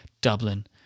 Dublin